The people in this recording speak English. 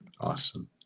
Awesome